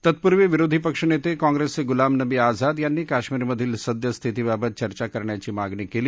तत्पूर्वी विरोधी पक्ष नत्तक्रॉंप्रस्प्रिजुलाम नवी आझाद यांनी काश्मिरमधील सद्य स्थितीबाबत चर्चा करण्याची मागणी कली